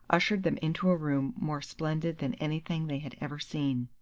ushered them into a room more splendid than anything they had ever seen.